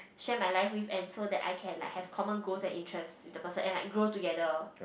share my life with and so that I can like have common goals and interest with the person and like grow together